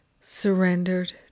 surrendered